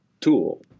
tool